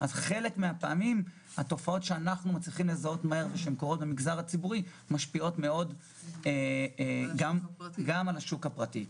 אז לפעמים תופעות שקורות במגזר הציבורי משפיעות מאוד על השוק הפרטי.